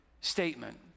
statement